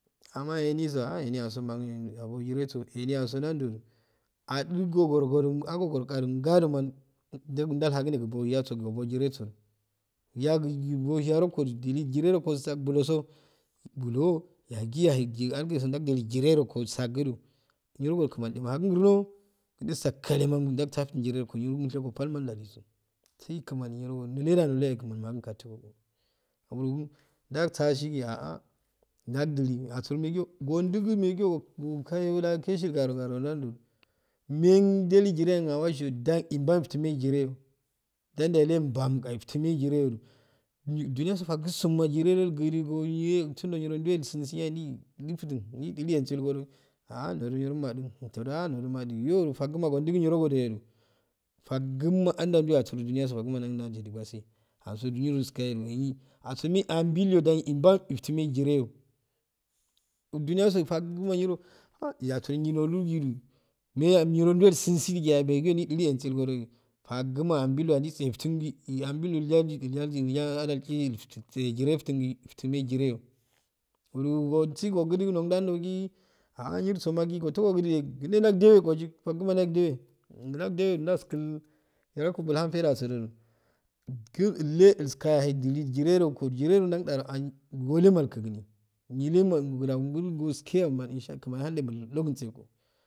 Amma enisu ah eniyaso mangiyyo abojiroso eniyaso nandow dowadul gorgodo algodgodo gadoma ndalhagune dooyasun ebo jizeso ilyagogi gobijiya da godu bogizesordula gi sak bulo so bulo yagi yahay gi algiye ndaijawli jize go sakddo niro kinanimahakun ngunmo du sakallena ndalsaftun jize kun niro ghango palma ndaliso sai kmani niro niyllya kmani mahakun katugo aluka ndaghigu ghaha ndakdulu asuro do megiyo gondugu megiyo ohh du kagi leshu garo garo yaye nduwdu mendelu jire ahwasi dda imbak shim ijigu jire den deluye embbam aw eftune jire duniyaso fagusoma jire do gudu nyeyo gusundo niro ndure ulgungiyeyeh ndi huri futun ndiduulu engu godo ahal ndo do do niro madu intodedo ahh madn ehyoro faguma gondudu niro gondun faguma andato duniyaso duniyago danda ilgasi asuro juniya so ilgkayo digel asuro mayi ambil dan ilbamm itfttun mayi jire yo duniyago fagulna niro hha iyo aguro niro niro nya niro ndulve llsuhgido dige meguyo ndidulu ensungoto fauma ambil da ndis aftun gi nyil ambil yadidn yagul adal difu tun jize ftun gi jize gi dulttu mayi jire wulu gosi gogudu no llardoji ahah nirsoma gi gote gogudn ehh gud ndur diyo ko yuk faguna ndalo jeyo uh ndawdeyo ko yuk faguma ndalo jeyo hh ndawdeyo ndalskul bariku bulah faidal so du kuh illo ils kayo yohey dilu jize reko jire ndal gani woleinal ilkanguni nilema bulanu gulskeyama inshallah kman ahullebun.